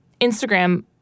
Instagram